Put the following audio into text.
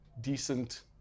decent